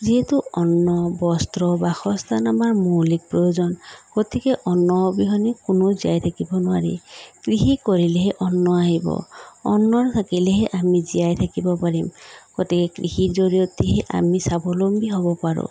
যিহেতু অন্ন বস্ত্ৰ বাসস্থান আমাৰ মৌলিক প্ৰয়োজন গতিকে অন্ন অবিহনে কোনো জীয়াই থাকিব নোৱাৰি কৃষি কৰিলেহে অন্ন আহিব অন্ন থাকিলেহে আমি জীয়াই থাকিব পাৰিম গতিকে কৃষিৰ জৰিয়তেহে আমি স্বাৱলম্বী হ'ব পাৰোঁ